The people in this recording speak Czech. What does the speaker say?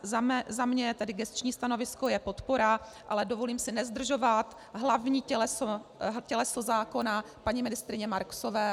Za mě je tedy gesční stanovisko podpora, ale dovolím si nezdržovat hlavní těleso zákona paní ministryně Marksové.